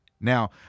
Now